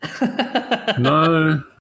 No